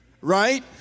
right